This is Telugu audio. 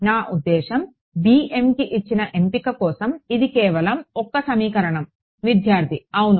నా ఉద్దేశ్యం కి ఇచ్చిన ఎంపిక కోసం ఇది కేవలం ఒక సమీకరణం విద్యార్థి అవును